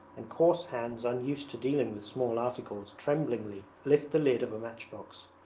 and coarse hands unused to dealing with small articles tremblingly lift the lid of a matchbox,